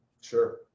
Sure